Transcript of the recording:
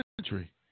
country